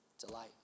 delight